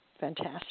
Fantastic